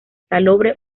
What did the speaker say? salobre